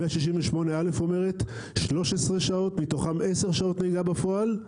168א אומרת: 13 שעות, מתוכן 10 שעות נהיגה בפועל,